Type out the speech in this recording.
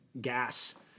gas